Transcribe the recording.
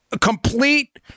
complete